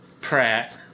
Pratt